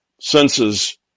senses